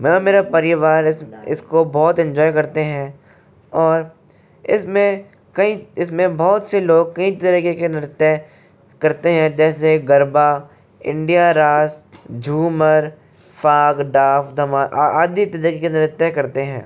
मैं और मेरा परिवार इस इसको बहुत इन्जॉय करते हैं और इसमें कई इसमें बहुत से लोग कई तरीके के नृत्य करते हैं जैसे गरबा इंडिया राष्ट झूमर फाग डाग धमा आदि तरीके के नृत्य करते है